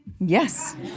Yes